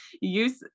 use